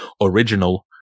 original